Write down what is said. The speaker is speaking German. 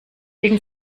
wegen